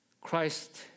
Christ